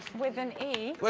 with an e?